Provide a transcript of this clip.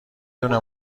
دونه